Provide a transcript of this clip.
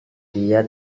dia